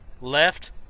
Left